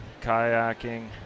kayaking